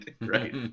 right